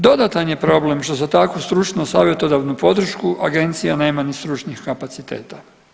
Dodatan je problem što za takvu stručnu savjetodavnu podršku agencija nema ni stručnih kapaciteta.